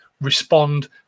respond